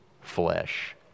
flesh